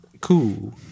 cool